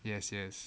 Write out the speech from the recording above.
yes yes